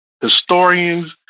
Historians